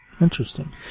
interesting